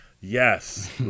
yes